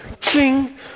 ching